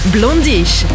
Blondish